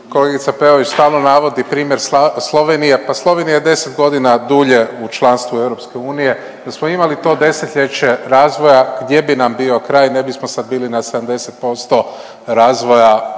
kolegica Peović stalno navodi primjer Slovenije, pa Slovenija je deset godina dulje u članstvu EU, da smo imali to desetljeće razvoja gdje bi nam bio kraj, ne bismo sad bili na 70% razvoja